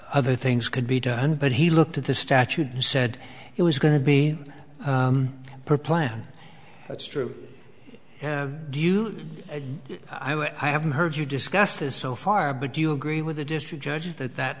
other things could be done but he looked at the statute and said he was going to be pre planned that's true do you know i haven't heard you discuss this so far but do you agree with the district judge that that